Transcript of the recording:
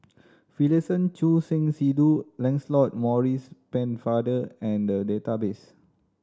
Finlayson Choor Singh Sidhu Lancelot Maurice Pennefather are in the database